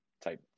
type